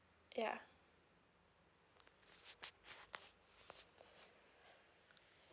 ya